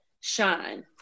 shine